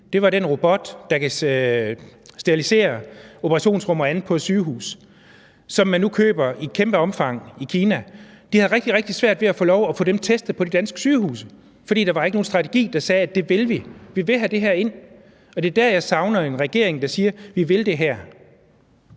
set, var den robot, der kan sterilisere operationsrum og andet på et sygehus, og som man nu køber i et kæmpe omfang i Kina. De har rigtig, rigtig svært ved at få lov til at få dem testet på de danske sygehuse, fordi der ikke var en strategi, der sagde, at det vil vi, og at vi vil have det her ind. Det er der, jeg savner en regering, der siger: Vi vil det her.